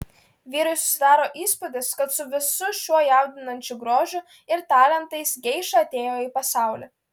vyrui susidaro įspūdis kad su visu šiuo jaudinančiu grožiu ir talentais geiša atėjo į pasaulį